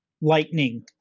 Lightning